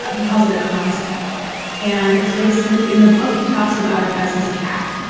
he calls it a constant and it's basically. in the book he talks about it as his cat,